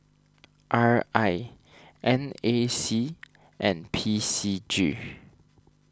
R I N A C and P C G